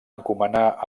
encomanar